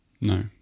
No